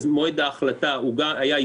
זאת תכנית החומש הקודמת של ירושלים.